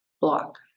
block